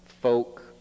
folk